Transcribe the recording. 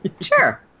Sure